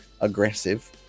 Aggressive